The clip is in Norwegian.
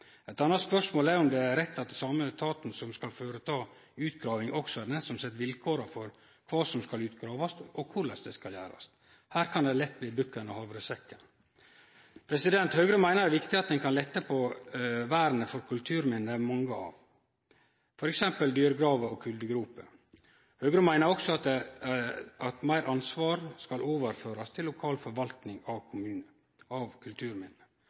Eit anna spørsmål er om det er rett at den same etaten som skal føreta utgraving, også er den som set vilkåra for kva som skal gravast ut, og korleis det skal gjerast. Her kan det lett bli bukken og havresekken. Høgre meiner det er viktig at ein kan lette på vernet for kulturminne det er mange av, f.eks. dyregraver og kolgroper. Høgre meiner også at meir ansvar skal overførast til lokal forvaltning av kulturminne.